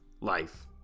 life